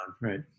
right